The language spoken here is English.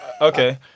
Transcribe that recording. Okay